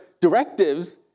directives